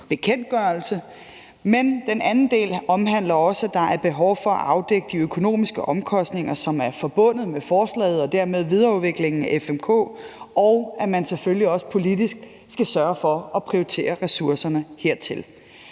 bekendtgørelse. Men den anden del omhandler, at der er behov for at afdække de økonomiske omkostninger, som er forbundet med forslaget og dermed videreudviklingen af FMK, og at man selvfølgelig også politisk skal sørge for at prioritere ressourcerne hertil.